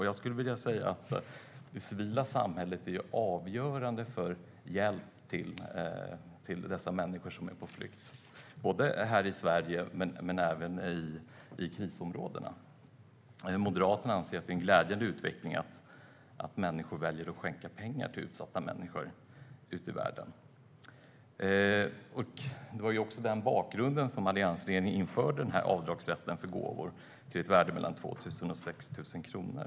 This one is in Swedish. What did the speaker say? Jag skulle vilja säga att det civila samhället är avgörande för hjälpen till de människor som är på flykt både i Sverige och i krisområdena. Moderaterna anser att det är en glädjande utveckling att man väljer att skänka pengar till utsatta människor ute i världen. Det var mot den bakgrunden som alliansregeringen införde avdragsrätten för gåvor till ett värde av mellan 2 000 och 6 000 kronor.